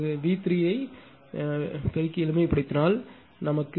நீங்கள் V3 ஐ பெருக்கி எளிமைப்படுத்தினால் 0